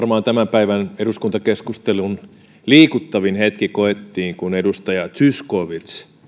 päivän eduskuntakeskustelun liikuttavin hetki koettiin kun edustaja zyskowicz